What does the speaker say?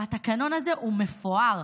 והתקנון הזה הוא מפואר.